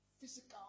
physical